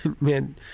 man